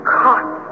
caught